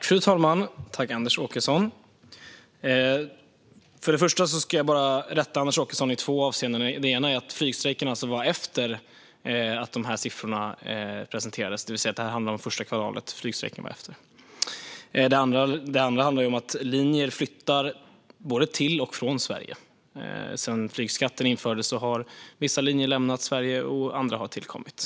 Fru talman! Tack, Anders Åkesson! För det första ska jag bara rätta Anders Åkesson i två avseenden. Det ena är att flygstrejken kom efter att siffrorna presenterades. Det handlar om första kvartalet; flygstrejken kom senare. Det andra handlar om att linjer flyttar både till och från Sverige. Sedan flygskatten infördes har vissa linjer lämnat Sverige, medan andra har tillkommit.